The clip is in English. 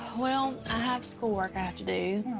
well i have school work i have to do.